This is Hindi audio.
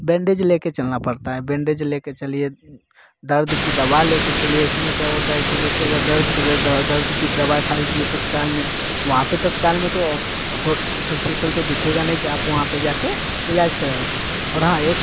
बैंडेज ले कर चलना पड़ता है बैंडेज लेकर चलिए दर्द की दवा लेकर चलिए इसमें क्या होता है कि जैसे अगर दर्द कर रहा है दर्द दर्द की दवा खा लीजिए तत्काल में वहाँ पर तत्काल में तो हॉस्पिटल तो दिखेगा नहीं कि आप वहाँ पर जा के इलाज करवाइए और हाँ